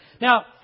now